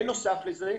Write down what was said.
בנוסף לזה,